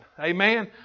Amen